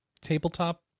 tabletop